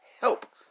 Help